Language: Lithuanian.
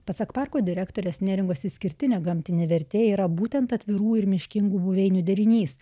pasak parko direktorės neringos išskirtinė gamtinė vertė yra būtent atvirų ir miškingų buveinių derinys